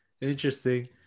interesting